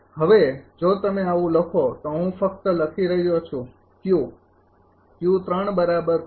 હવે જો તમે આવું લખો તો હું ફક્ત લખી રહ્યો છુ